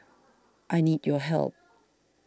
I need your help